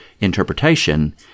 interpretation